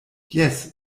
jes